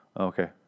Okay